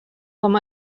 com